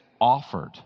offered